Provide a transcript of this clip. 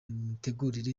mitegurire